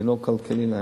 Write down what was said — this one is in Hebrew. אינו כלכלי להם,